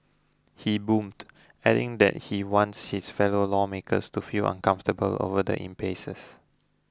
he boomed adding that he wants his fellow lawmakers to feel uncomfortable over the impasses